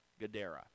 Gadara